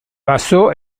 basó